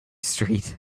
street